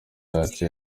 yacu